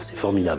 for me um